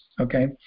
okay